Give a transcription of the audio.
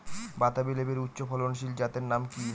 বাতাবি লেবুর উচ্চ ফলনশীল জাতের নাম কি?